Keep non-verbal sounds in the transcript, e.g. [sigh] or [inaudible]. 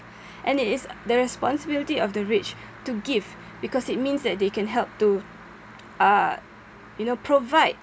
[breath] and it is the responsibility of the rich to give because it means that they can help to uh you know provide